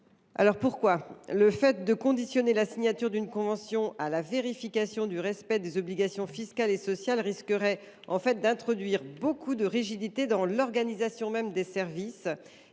existante. Le fait de conditionner la signature d’une convention à la vérification du respect des obligations fiscales et sociales risquerait d’introduire beaucoup de rigidité dans l’organisation même des services,